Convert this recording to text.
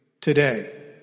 today